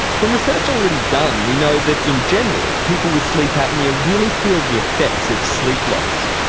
from research already done, we know that in general people with sleep apnoea really feel the effects of sleep loss.